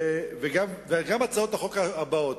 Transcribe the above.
וגם הצעות החוק הבאות.